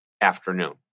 afternoon